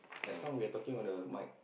as long we are talking on the mic